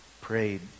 prayed